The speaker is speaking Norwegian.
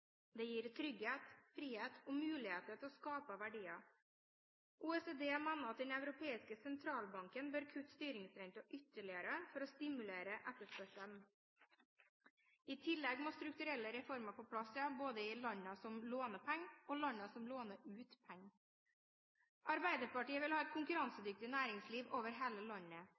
Det gir trygghet, frihet og muligheter til å skape verdier. OECD mener at den europeiske sentralbanken bør kutte styringsrenten ytterligere for å stimulere etterspørselen. I tillegg må strukturelle reformer på plass, både i landene som låner penger, og landene som låner ut penger. Arbeiderpartiet vil ha et konkurransedyktig næringsliv over hele landet.